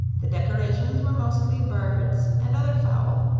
the decorations were mostly birds and other fowl,